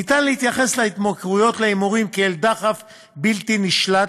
ניתן להתייחס להתמכרויות להימורים כאל דחף בלתי נשלט,